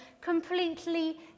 completely